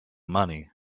money